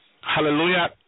hallelujah